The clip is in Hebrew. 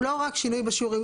הוא לא רק שינוי בשיעורים.